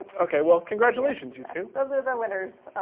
okay, well, congratulations you two. those are the winners.